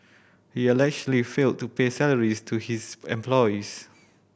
he allegedly failed to pay salaries to his employees